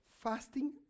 fasting